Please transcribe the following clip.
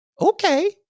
Okay